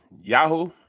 Yahoo